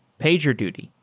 pagerduty,